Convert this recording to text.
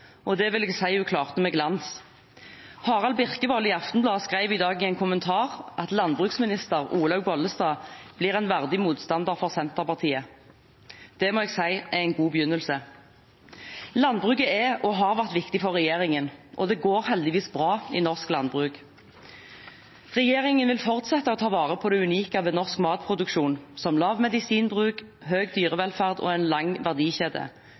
deltakere. Det vil jeg si hun klarte med glans. Harald Birkevold i Aftenbladet skrev i dag i en kommentar at landbruksminister Olaug V. Bollestad blir en verdig motstander for Senterpartiet. Det må jeg si er en god begynnelse. Landbruket er og har vært viktig for regjeringen, og det går heldigvis bra i norsk landbruk. Regjeringen vil fortsette å ta vare på det unike ved norsk matproduksjon, som lav medisinbruk, høy dyrevelferd og en lang verdikjede.